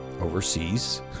overseas